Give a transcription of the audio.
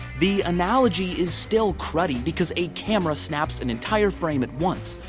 the analogy is still crudy because a camera snaps an entire frame at once,